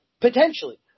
Potentially